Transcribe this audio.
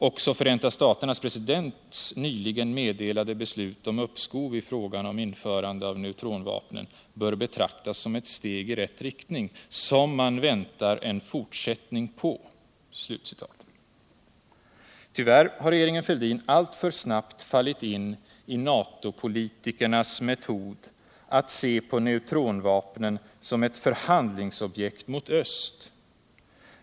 Också Förenta staternas presidents nyligen meddelade beslut om uppskov i frågan om införande av neutronvapnen bör betraktas som ett steg I rätt riktning, som man väntar en fortsättning på.” Tyvärr har regeringen Fälldin alltför snabbt fallit in i NATO-politikernas metod att se på neutronvapnen som ett förhandlingsobjekt i förhållande till Öst.